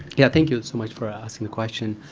yeah, thank you so much for asking the question.